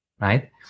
right